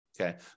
Okay